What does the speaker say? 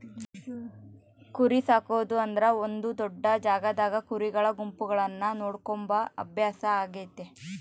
ಕುರಿಸಾಕೊದು ಅಂದ್ರ ಒಂದು ದೊಡ್ಡ ಜಾಗದಾಗ ಕುರಿಗಳ ಗುಂಪುಗಳನ್ನ ನೋಡಿಕೊಂಬ ಅಭ್ಯಾಸ ಆಗೆತೆ